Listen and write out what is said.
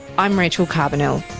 i'm rachel carbonell